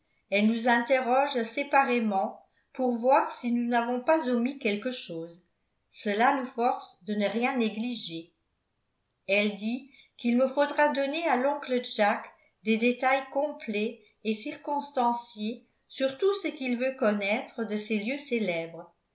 elle nous interroge séparément pour voir si nous n'avons pas omis quelque chose cela nous force de ne rien négliger elle dit qu'il me faudra donner à l'oncle jack des détails complets et circonstanciés sur tout ce qu'il veut connaître de ces lieux célèbres